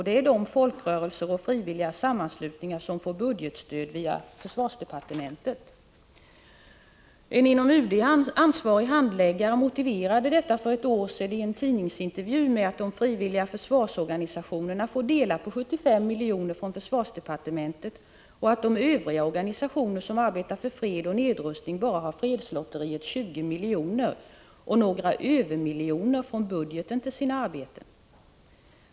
Det är de folkrörelser och frivilliga sammanslutningar som får budgetstöd via försvarsdepartementet. En inom UD ansvarig handläggare motiverade för ett år sedan i en tidningsintervju detta med att de frivilliga försvarsorganisationerna får dela på 75 miljoner från försvarsdepartementet och att övriga organisationer som arbetar för fred och nedrustning bara har fredslotteriets 20 miljoner och några övermiljoner från budgeten till sina arbeten.